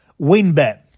WinBet